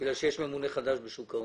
בגלל שיש ממונה חדש ברשות שוק ההון.